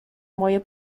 moje